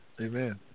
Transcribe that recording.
Amen